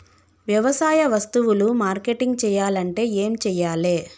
వ్యవసాయ వస్తువులు మార్కెటింగ్ చెయ్యాలంటే ఏం చెయ్యాలే?